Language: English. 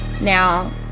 now